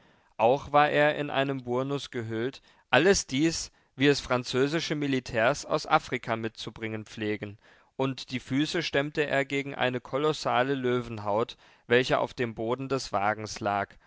auch war er in einen burnus gehüllt alles dies wie es französische militärs aus afrika mitzubringen pflegen und die füße stemmte er gegen eine kolossale löwenhaut welche auf dem boden des wagens lag